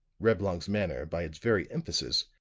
reblong's manner, by its very emphasis,